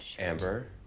amber.